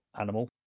animal